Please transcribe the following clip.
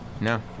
No